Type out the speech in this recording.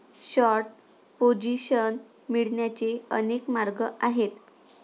short position मिळवण्याचे अनेक मार्ग आहेत